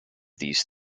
these